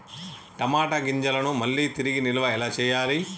టమాట గింజలను మళ్ళీ తిరిగి నిల్వ ఎలా చేయాలి?